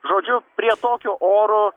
žodžiu prie tokio oro